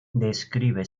describe